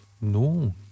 No